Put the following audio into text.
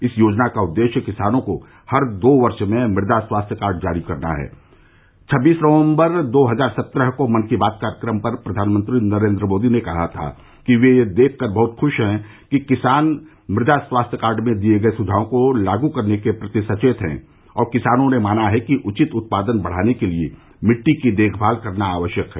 इस योजना का उद्देश्य किसानों को हर दो वर्ष में मृदा स्वास्थ्य कार्ड जारी करना है छब्बीस नवंबर दो हजार सत्रह को मन की बात कार्यक्रम पर प्रधानमंत्री नरेंद्र मोदी ने कहा था कि वे यह देखकर बहत खुश हैं कि किसान मृदा स्वास्थ्य कार्ड में दिए गए सुझावों को लागू करने के प्रति सचेत हैं और किसानों ने माना है कि उचित उत्पादन बढ़ाने के लिए मिट्टी की देखभाल करना आवश्यक है